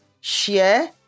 share